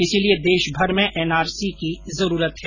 इसलिए देशभर में एनआरसी की जरूरत है